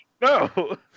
No